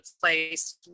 place